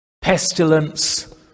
pestilence